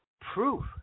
proof